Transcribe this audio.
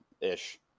ish